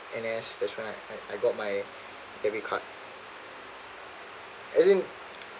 N_S that's when I I got my debit card I think